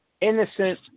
innocent